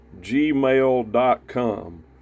gmail.com